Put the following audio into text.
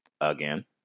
again